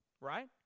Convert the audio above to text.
Right